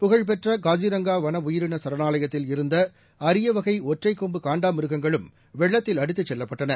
புகழ்பெற்ற காசிரங்கா வன உயிரின சரணாலயத்தில் இருந்த அரியவகை ஒற்றைக்கொம்பு காண்டாமிருகங்களும்இ வெள்ளத்தில் அடித்துச் செல்லப்பட்டன